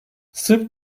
sırp